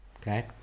Okay